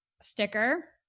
Sticker